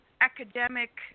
academic